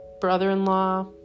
Brother-in-law